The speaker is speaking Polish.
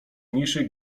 mniejszej